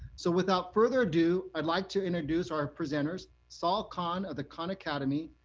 so without further ado, i'd like to introduce our presenters, sal khan of the khan academy,